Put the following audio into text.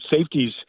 safeties